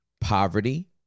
poverty